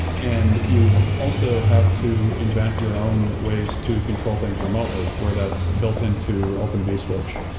and you also have to invent your own ways to control things remotely where that's built into open vswitch.